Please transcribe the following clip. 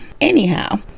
anyhow